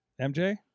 mj